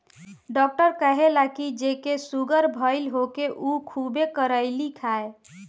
doctor कहेला की जेके सुगर भईल होखे उ खुबे करइली खाए